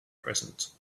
present